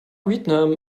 vietnam